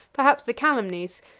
perhaps the calumnies,